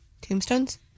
Tombstones